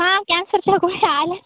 हां कॅन्सरच्या गोळ्या आल्या आहेत